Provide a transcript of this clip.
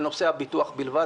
בנושא הביטוח בלבד,